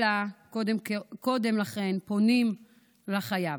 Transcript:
אלא קודם לכן פונים לחייב.